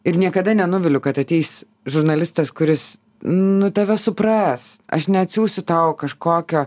ir niekada nenuviliu kad ateis žurnalistas kuris nu tave supras aš neatsiųsiu tau kažkokio